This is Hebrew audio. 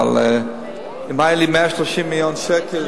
אבל אם היו לי 130 מיליון שקל,